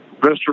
Mr